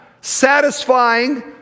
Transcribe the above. satisfying